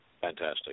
Fantastic